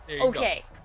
Okay